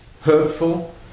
hurtful